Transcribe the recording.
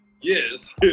yes